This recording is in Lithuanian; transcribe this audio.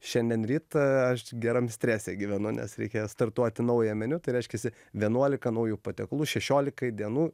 šiandien rytą aš geram strese gyvenu nes reikia startuoti naują meniu tai reiškiasi vienuolika naujų patiekalų šešiolikai dienų